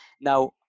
Now